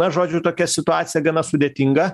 na žodžiu tokia situacija gana sudėtinga